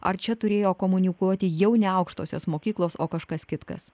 ar čia turėjo komunikuoti jau ne aukštosios mokyklos o kažkas kitkas